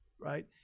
right